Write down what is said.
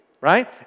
right